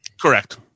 Correct